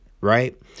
right